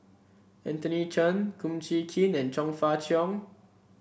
Anthony Chen Kum Chee Kin and Chong Fah Cheong